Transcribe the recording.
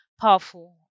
powerful